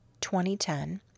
2010